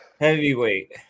heavyweight